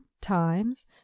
times